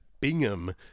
Bingham